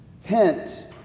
hint